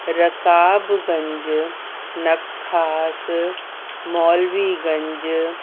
Rakabganj Nakhas Maulviganj